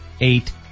eight